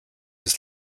was